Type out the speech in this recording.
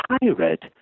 pirate